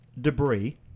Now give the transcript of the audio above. debris